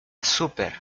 super